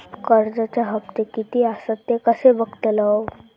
कर्जच्या हप्ते किती आसत ते कसे बगतलव?